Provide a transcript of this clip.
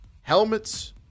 helmets